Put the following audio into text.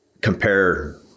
compare